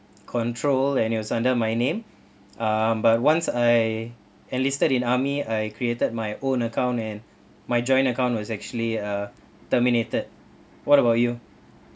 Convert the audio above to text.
control and it was under my name uh but once I enlisted in army I created my own account and my joint account was actually uh terminated what about you